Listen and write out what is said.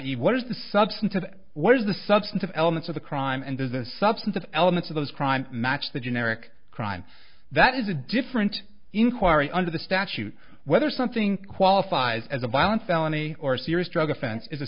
e what is the substance of what is the substance of elements of the crime and does the substance of elements of those crimes match the generic crime that is a different inquiry under the statute whether something qualifies as a violent felony or a serious drug